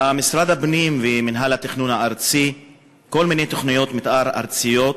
למשרד הפנים ומינהל התכנון הארצי כל מיני תוכניות מתאר ארציות.